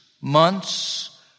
months